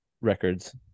records